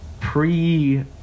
pre